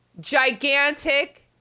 gigantic